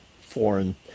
foreign